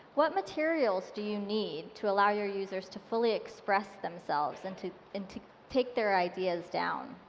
what materials do you need to allow your users to fully express themselves and to and to take their ideas down?